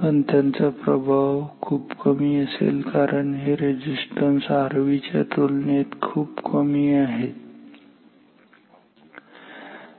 पण त्यांचा प्रभाव खूप कमी असेल कारण हे रेझिस्टन्स Rv च्या तुलनेत खूप कमी आहेत ठीक आहे